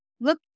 look